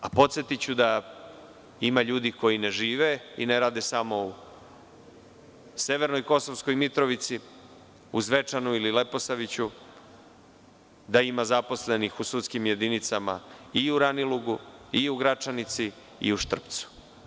Podsetiću da ima ljudi koji ne žive i ne rade samo u severnoj Kosovskoj Mitrovici, u Zvečanu ili Leposaviću, da ima zaposlenih u sudskim jedinicama i u Ranilugu, i u Gračanici, i u Štrpcu.